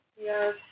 Yes